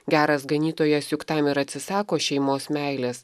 geras ganytojas juk tam ir atsisako šeimos meilės